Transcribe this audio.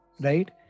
right